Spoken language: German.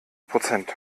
prozent